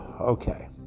Okay